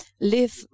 live